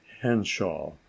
henshaw